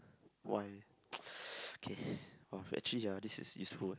why okay !wah! actually ah this is useful